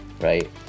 right